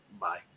Bye